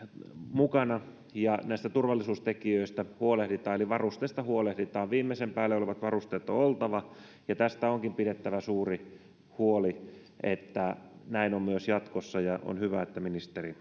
mukana ja turvallisuustekijöistä huolehditaan eli varusteista huolehditaan viimeisen päälle olevat varusteet on oltava ja tästä onkin pidettävä suuri huoli että näin on myös jatkossa ja on hyvä että ministeri